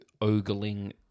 ogling